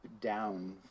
down